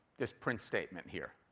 this print statement here.